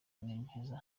ninjiza